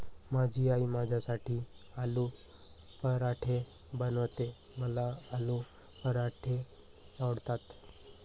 माझी आई माझ्यासाठी आलू पराठे बनवते, मला आलू पराठे आवडतात